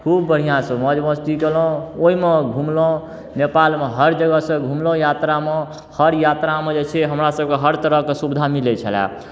खूब बढ़िआँसँ मौज मस्ती कयलहुँ ओहिमे घुमलहुँ नेपालसँ हर जगहसँ घुमलहुँ यात्रामे हर यात्रामे जे छै से हमरासभकेँ हर तरहके सुविधा मिलै छलय